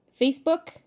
Facebook